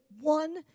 one